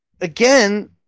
again